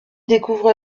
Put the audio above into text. découvre